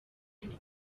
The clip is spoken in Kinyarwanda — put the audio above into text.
nibwo